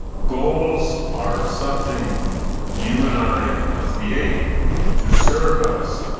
goals are something you and i create to serve us.